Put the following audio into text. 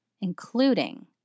including